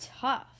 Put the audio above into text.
tough